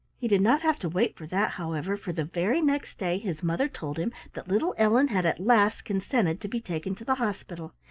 he did not have to wait for that, however, for the very next day his mother told him that little ellen had at last consented to be taken to the hospital,